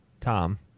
Tom